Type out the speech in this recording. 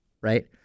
right